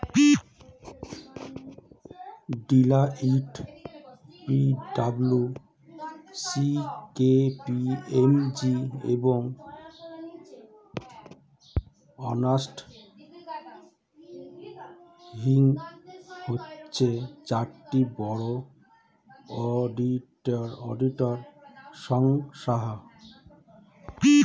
Deloitte, P W C, K P M G, এবং Ernst Young হচ্ছে চারটি বড় অডিটর সংস্থা